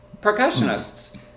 Percussionists